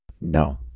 No